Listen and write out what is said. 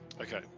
Okay